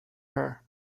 her